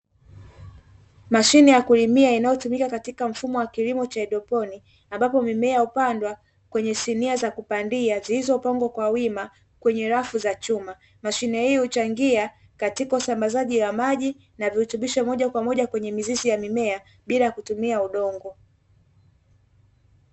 Mashine ya kulimia inayotumika katika mfumo wa kilimo cha haidroponi, ambapo mimea hupandwa kwenye sinia za kupandia, zilizopangwa kwa wima kwenye rafu za chuma. Mashine hii huchangia katika usambazaji wa maji, na virutubisho moja kwa moja kwenye mizizi ya mimea, bila kutumia udongo.